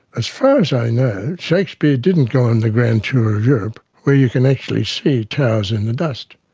as far as i know, shakespeare didn't go on the grand tour of europe where you can actually see towers in the dust.